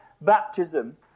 baptism